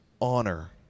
honor